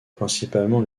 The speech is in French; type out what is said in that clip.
principalement